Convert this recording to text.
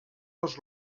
dos